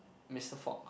Mister Fox